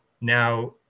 Now